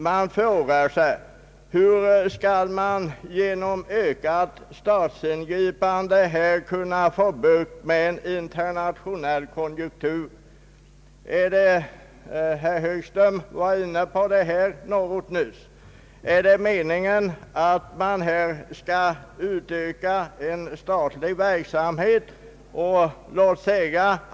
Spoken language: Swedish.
Man frågar sig hur man genom ökat statsinflytande skall kunna få bukt med en internationell konjunktur — herr Högtröm var inne på den saken nyss. Är det meningen att vi här skall utöka den statliga verksamheten?